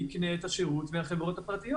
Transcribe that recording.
יקנה את השירות מהחברות הפרטיות.